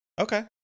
Okay